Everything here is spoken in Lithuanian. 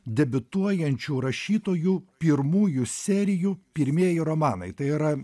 debiutuojančių rašytojų pirmųjų serijų pirmieji romanai tai yra